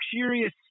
luxurious